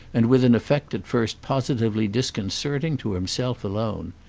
and with an effect at first positively disconcerting to himself alone.